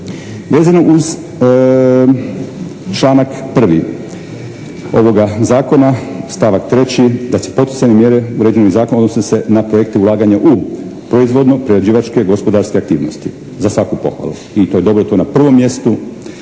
Vezano uz članak 1. ovoga zakona stavak 3. …/Govornik se ne razumije./… poticajne mjere uređene zakonom odnose se na projekte ulaganja u proizvodno-prerađivačke gospodarske aktivnosti. Za svaku pohvalu, i to je dobro, to je na prvom mjestu.